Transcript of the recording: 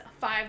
five